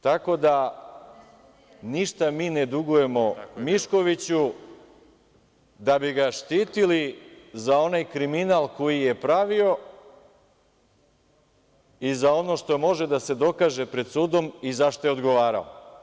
Tako da, ništa mi ne dugujemo Miškoviću da bi ga štitili za onaj kriminal koji je pravio i za ono što može da se dokaže pred sudom i za šta je odgovarao.